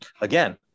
again